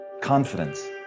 confidence